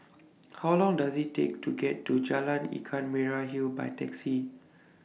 How Long Does IT Take to get to Jalan Ikan Merah Hill By Taxi